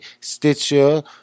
Stitcher